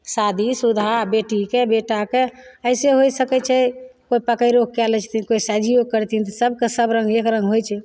शादीशुदा बेटीके बेटाके ऐसे होइ सकय छै कोइ पकैड़ोके कए लै छथिन कोइ साझियो करथिन तऽ सबके सब रङ्ग होइ छै